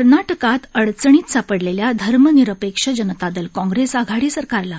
कर्नाटकात अडचणीत सापडलेल्या धर्मनिरपेक्ष जनता दल काँग्रेस आघाडी सरकारला